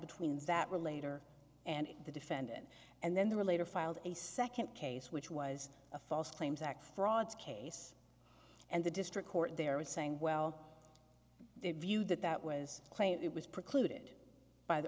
between that were later and the defendant and then the relator filed a second case which was a false claims act fraud case and the district court there was saying well the view that that was a claim it was precluded by the